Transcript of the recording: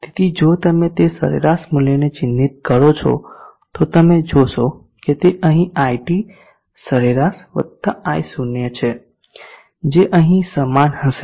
તેથી જો તમે તે સરેરાશ મૂલ્યને ચિહ્નિત કરો છો તો તમે જોશો કે તે અહીં iT સરેરાશ વતા i0 છે જે અહીં સમાન હશે